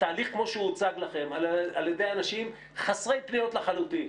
התהליך כמו שהוא הוצג לכם על ידי אנשים חסרי פניות לחלוטין